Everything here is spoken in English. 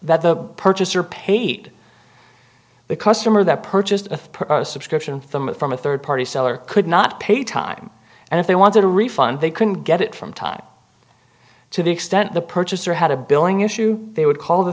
that the purchaser paid the customer that purchased a subscription from it from a third party seller could not pay time and if they wanted a refund they couldn't get it from time to the extent the purchaser had a billing issue they would call